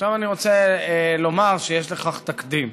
עכשיו אני רוצה לומר שיש לכך תקדים.